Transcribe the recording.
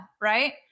right